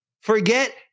Forget